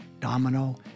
Domino